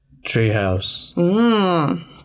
Treehouse